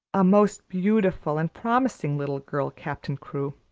a most beautiful and promising little girl, captain crewe.